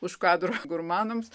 už kadro gurmanams